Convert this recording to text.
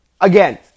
Again